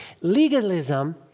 Legalism